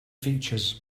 features